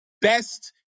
best